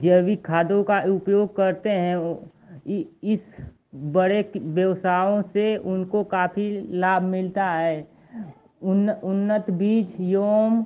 जैविक खादों का उपयोग करते हैं इन बड़े व्यवसायों से उनको काफ़ी लाभ मिलता है उन्न उन्नत बीज